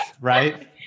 right